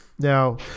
Now